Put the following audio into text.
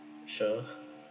sure